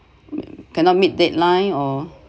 cannot meet deadline or